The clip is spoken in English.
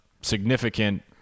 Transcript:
significant